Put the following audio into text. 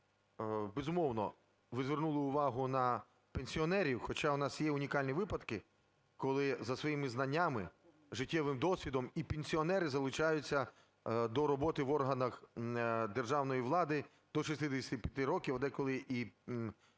безумовно, ви звернули увагу на пенсіонерів, хоча у нас є унікальні випадки, коли за своїми знаннями, життєвим досвідом і пенсіонери залучаються до роботи в органах державної влади до 65 років, а деколи і пізніше